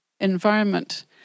environment